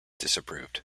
disapproved